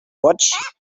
watch